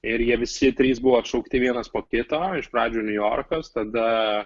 ir jie visi trys buvo atšaukti vienas po kito iš pradžių niujorkas tada